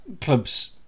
clubs